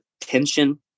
tension